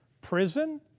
Prison